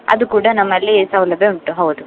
ಅದು ಕೂಡ ನಮ್ಮಲ್ಲಿ ಸೌಲಭ್ಯ ಉಂಟು ಹೌದು